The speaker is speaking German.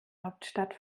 hauptstadt